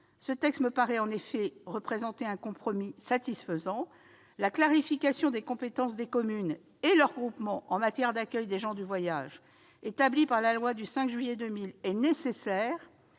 Ce texte me paraît en effet représenter un compromis satisfaisant. La clarification des compétences des communes et de leurs groupements en matière d'accueil des gens du voyage, établies par la loi du 5 juillet 2000, était nécessaire,